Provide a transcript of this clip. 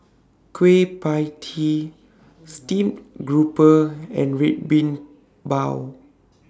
Kueh PIE Tee Steamed Grouper and Red Bean Bao